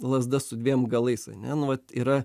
lazda su dviem galais ane nu vat yra